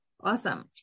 Awesome